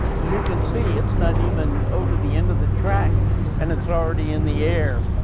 as you can see, it's not even over the end of the track and it's already in the air.